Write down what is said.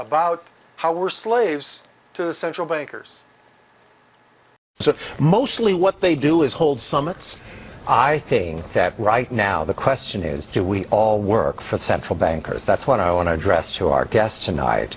about how we're slaves to the central bankers so mostly what they do is hold summits i thing that right now the question is do we all work for central bankers that's what i want to address to our guests tonight